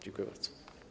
Dziękuję bardzo.